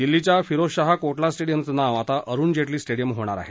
दिल्लीच्या फिरोजशाह कोटला स्टेडियमचं नाव आता अरूण जेटली स्टेडियम होणार आहे